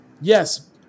Yes